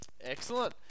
Excellent